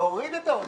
להוריד את ההודעה.